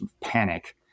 panic